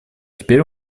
теперь